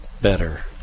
better